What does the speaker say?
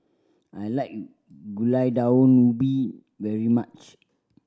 I like Gulai Daun Ubi very much